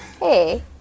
hey